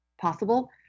possible